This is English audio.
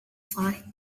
fight